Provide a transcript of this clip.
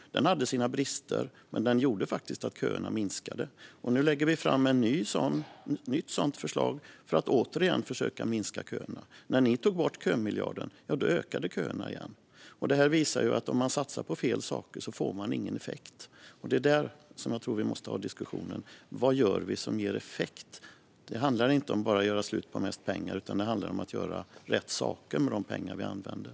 Den hade sina brister, men den gjorde faktiskt att köerna minskade. När ni tog bort kömiljarden ökade köerna igen, vilket visar att om man satsar på fel saker får man ingen effekt. Nu lägger vi fram ett nytt sådant förslag för att återigen försöka minska köerna. Det är där jag tror att vi måste ha diskussionen: Vad gör vi som ger effekt? Det handlar inte bara om att göra slut på mest pengar, utan det handlar om att göra rätt saker med de pengar vi använder.